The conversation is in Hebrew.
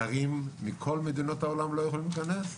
זרים מכל מדינות העולם לא יכולים להיכנס?